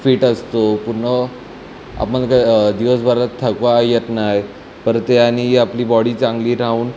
fit असतो पुन्हा आपण काय दिवसभरात थकवा येत नाही परत यांनी आपली बॉडी चांगली राहून